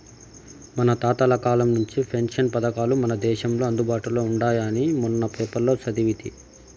మన తాతల కాలం నుంచే పెన్షన్ పథకాలు మన దేశంలో అందుబాటులో ఉండాయని మొన్న పేపర్లో సదివితి